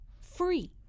free